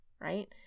right